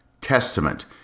Testament